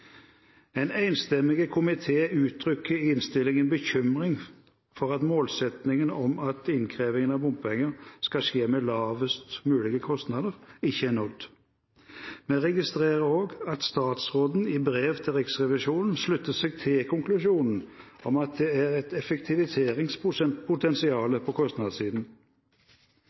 En enstemmig komité uttrykker i innstillingen bekymring for at målsettingen om at innkrevingen av bompenger skal skje med lavest mulige kostnader ikke er nådd. Vi registrerer også at statsråden i brev til Riksrevisjonen slutter seg til konklusjonen om at det er et effektiviseringspotensial på kostnadssiden.